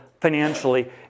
financially